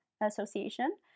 Association